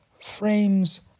frames